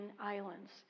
islands